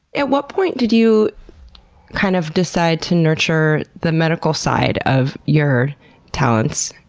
at what point did you kind of decide to nurture the medical side of your talents?